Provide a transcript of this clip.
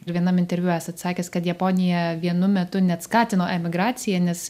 ir vienam interviu esate sakęs kad japonija vienu metu net skatino emigraciją nes